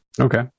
Okay